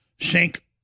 sink